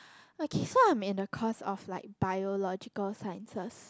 okay so I'm in a course of like biological sciences